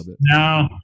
no